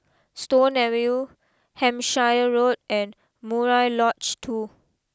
Stone Avenue Hampshire Road and Murai Lodge two